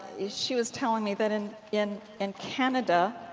she was telling me that and in and canada,